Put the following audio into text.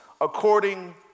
according